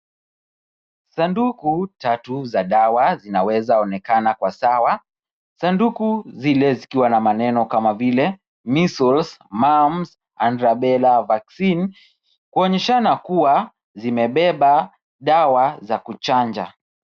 Sanduku tatu za dawa zinaweza onekana kwa sawa. Sanduku zile zikiwa na maneno kama vile measles ,mumps and rebella vaccine kuonyeshana kuwa zimebeba dawa za kuchanja.